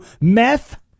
meth